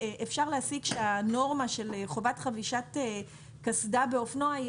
אפשר להסיק שהנורמה של חובת חבישת קסדה באופנוע,